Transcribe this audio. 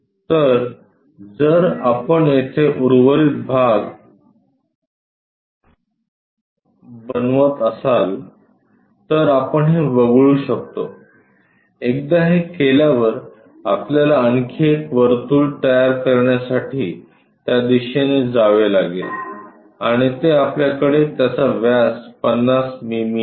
तर जर आपण येथे उर्वरित भाग बनवत असाल तर आपण हे वगळू शकतो एकदा हे केल्यावर आपल्याला आणखी एक वर्तुळ तयार करण्यासाठी त्या दिशेने जावे लागेल आणि ते आपल्याकडे त्याचा व्यास 50 मिमी आहे